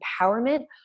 empowerment